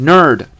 ,Nerd